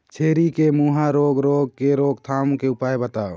छेरी के मुहा रोग रोग के रोकथाम के उपाय बताव?